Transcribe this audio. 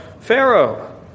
Pharaoh